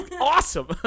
Awesome